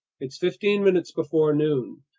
it's fifteen minutes before noon.